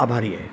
आभारी आहे